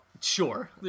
Sure